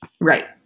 Right